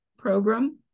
program